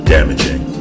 Damaging